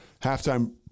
halftime